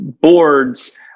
boards